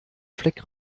fleck